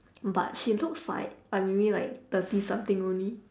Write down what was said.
but she looks like like maybe like thirty something only